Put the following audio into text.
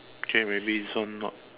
okay maybe this one not